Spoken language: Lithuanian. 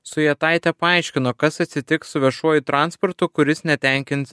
sujetaitė paaiškino kas atsitiks su viešuoju transportu kuris netenkins